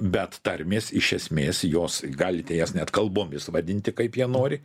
bet tarmės iš esmės jos galite jas net kalbomis vadinti kaip jie nori